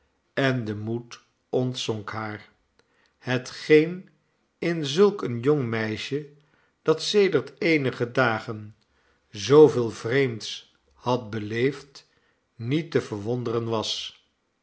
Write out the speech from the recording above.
en de moed ontzonk haar hetgeen in zulk een jong meisje dat sedert eenige dagen zooveel vreemds had beleefd niet te verwonderen was